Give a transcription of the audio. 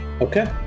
Okay